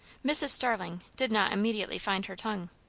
mrs. starling did not immediately find her tongue.